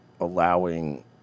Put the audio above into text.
allowing